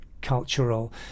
cultural